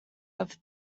have